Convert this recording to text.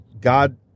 God